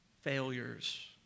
failures